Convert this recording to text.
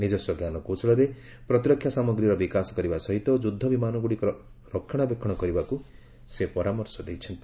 ନିଜସ୍ୱ ଜ୍ଞାନକୌଶଳରେ ପ୍ରତିରକ୍ଷା ସାମଗ୍ରୀର ବିକାଶ କରିବା ସହିତ ଯୁଦ୍ଧ ବିମାନଗୁଡ଼ିକର ରକ୍ଷଣବେକ୍ଷଣ କରିବାକୁ ସେ ପରାମର୍ଶ ଦେଇଛନ୍ତି